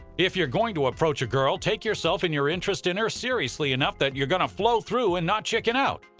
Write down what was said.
if you're going to approach a girl, take yourself and your interest in her seriously enough that you're gonna follow through and not chicken out.